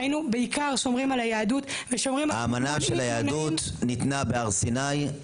היינו בעיקר שומרים על היהדות --- האמנה של היהדות ניתנה בהר סיני.